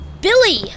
Billy